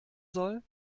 soll